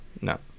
No